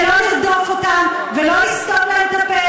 ולא לרדוף אותם ולא לסתום להם את הפה